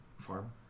farm